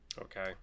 okay